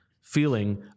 feeling –